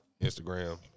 Instagram